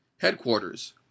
Headquarters